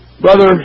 Brother